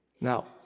Now